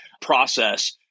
process